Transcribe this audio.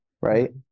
right